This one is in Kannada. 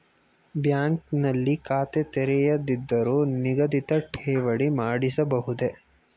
ಬ್ಯಾಂಕ್ ನಲ್ಲಿ ಖಾತೆ ತೆರೆಯದಿದ್ದರೂ ನಿಗದಿತ ಠೇವಣಿ ಮಾಡಿಸಬಹುದೇ?